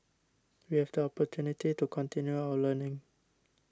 we have the opportunity to continue our learning